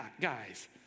guys